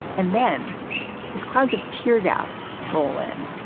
and then these clouds of tear gas roll in,